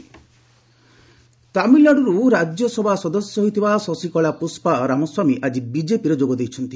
BJP Sasikala ତାମିଲନାଡୁରୁ ରାଜ୍ୟସଭା ସଦସ୍ୟ ହୋଇଥିବା ଶଶୀକଳା ପୁଷ୍ପା ରାମସ୍ୱାମୀ ଆଜି ବିଜେପିରେ ଯୋଗଦେଇଛନ୍ତି